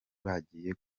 bagiye